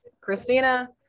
Christina